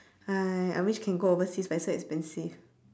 I wish can go overseas but it's so expensive